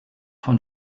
von